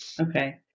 Okay